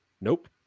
Nope